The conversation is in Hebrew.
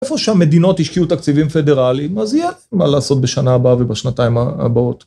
איפה שהמדינות ישקיעו תקציבים פדרליים, אז יהיה מה לעשות בשנה הבאה ובשנתיים הבאות.